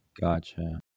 Gotcha